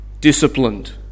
disciplined